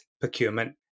procurement